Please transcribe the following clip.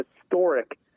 historic